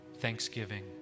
thanksgiving